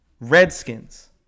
Redskins